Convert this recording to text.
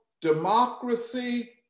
democracy